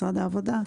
משרד העבודה,